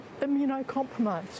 immunocompromised